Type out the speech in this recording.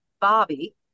Bobby